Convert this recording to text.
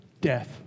death